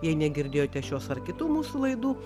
jei negirdėjote šios ar kitų mūsų laidų